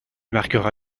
marquera